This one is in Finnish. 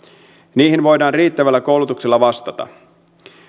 niihin voidaan riittävällä koulutuksella vastata